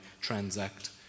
transact